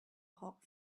hot